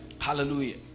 hallelujah